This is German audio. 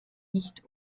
nicht